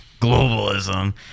globalism